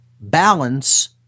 balance